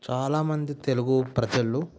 చాలా మంది తెలుగు ప్రజలు